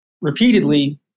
repeatedly